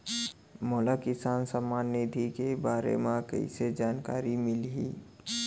मोला किसान सम्मान निधि के बारे म कइसे जानकारी मिलही?